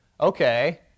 okay